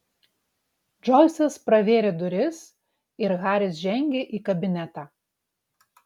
džoisas pravėrė duris ir haris žengė į kabinetą